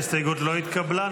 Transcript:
ההסתייגות לא התקבלה.